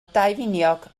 daufiniog